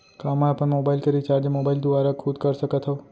का मैं अपन मोबाइल के रिचार्ज मोबाइल दुवारा खुद कर सकत हव?